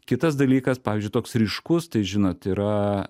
kitas dalykas pavyzdžiui toks ryškus tai žinot yra